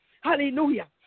Hallelujah